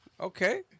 Okay